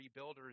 rebuilders